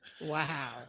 Wow